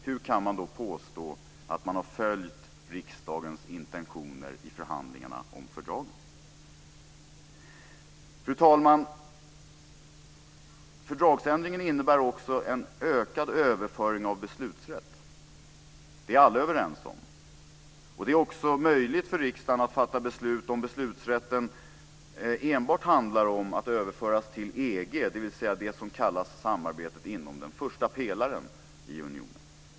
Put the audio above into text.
Hur kan man då påstå att man har följt riksdagens intentioner i förhandlingarna om fördraget? Fru talman! Fördragsändringen innebär också en ökad överföring av beslutsrätt. Det är alla överens om. Det är också möjligt för riksdagen att fatta beslut om beslutsrätten enbart handlar om att överföras till EG, dvs. det som kallas samarbetet inom den första pelaren i unionen.